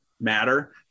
matter